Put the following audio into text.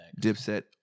Dipset